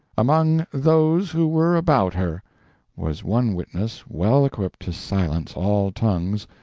among those who were about her was one witness well equipped to silence all tongues,